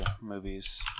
movies